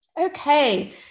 Okay